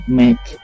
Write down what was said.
make